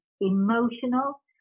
emotional